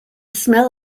smell